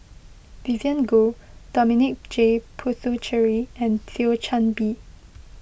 Vivien Goh Dominic J Puthucheary and Thio Chan Bee